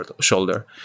shoulder